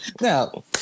Now